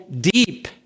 deep